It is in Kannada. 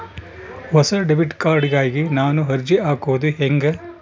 ಹೊಸ ಡೆಬಿಟ್ ಕಾರ್ಡ್ ಗಾಗಿ ನಾನು ಅರ್ಜಿ ಹಾಕೊದು ಹೆಂಗ?